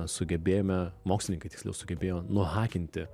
sugebėjome mokslininkai tiksliau sugebėjo nuhakinti